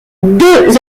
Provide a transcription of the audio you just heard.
deux